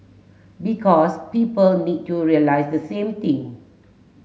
because people need to realise the same thing